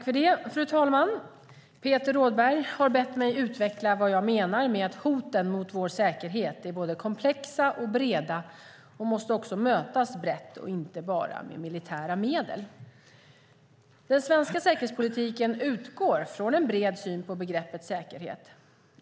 Fru talman! Peter Rådberg har bett mig utveckla vad jag menar med att hoten mot vår säkerhet är både komplexa och breda och måste också mötas brett och inte bara med militära medel. Den svenska säkerhetspolitiken utgår från en bred syn på begreppet säkerhet.